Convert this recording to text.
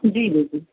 जी बोलिए